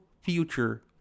future